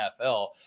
NFL